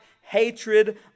hatred